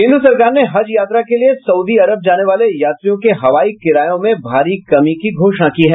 केन्द्र सरकार ने हज यात्रा के लिए सउदी अरब जाने वाले यात्रियों के हवाई किरायों में भारी कमी की घोषणा की है